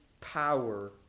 power